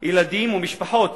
של ילדים ומשפחות,